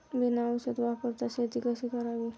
बिना औषध वापरता शेती कशी करावी?